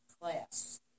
class